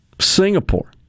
Singapore